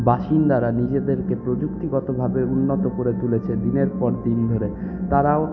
বাসিন্দারা নিজেদেরকে প্রযুক্তিগতভাবে উন্নত করে তুলেছে দিনের পর দিন ধরে তারাও